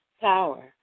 power